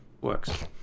works